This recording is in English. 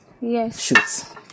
Yes